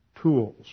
tools